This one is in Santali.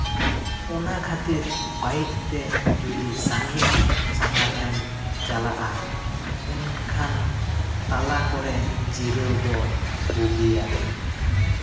ᱚᱱᱟ ᱠᱷᱟᱹᱛᱤᱨ ᱵᱟᱭᱤᱠ ᱛᱮ ᱡᱩᱫᱤ ᱥᱟᱺᱜᱤᱧ ᱥᱟᱸᱜᱷᱟᱨ ᱮᱢ ᱪᱟᱞᱟᱜᱼᱟ ᱮᱱᱠᱷᱟᱱ ᱛᱟᱞᱟ ᱠᱚᱨᱮ ᱡᱤᱨᱟᱹᱣ ᱫᱚ ᱵᱩᱜᱤᱭᱟ